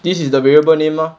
this is the variable name mah